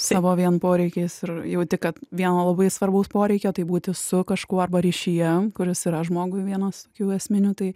savo vien poreikiais ir jauti kad vieno labai svarbaus poreikio tai būti su kažkuo arba ryšyje kuris yra žmogui vienas tokių esminių tai